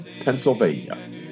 Pennsylvania